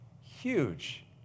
huge